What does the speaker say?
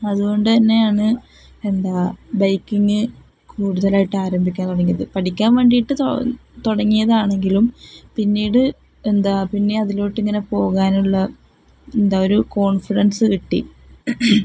അതുകൊണ്ട് തന്നെയാണ് എന്താണ് ബൈക്കിങ് കൂടുതലായിട്ട് ആരംഭിക്കാൻ തുടങ്ങിയത് പഠിക്കാൻ വേണ്ടിയിട്ട് തുടങ്ങും തുടങ്ങിയതാണെങ്കിലും പിന്നീട് എന്താണ് പിന്നെ അതിലോട്ട് ഇങ്ങനെ പോകാനുള്ള എന്താണ് ഒരു കോൺഫിഡൻസ് കിട്ടി